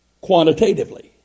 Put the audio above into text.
quantitatively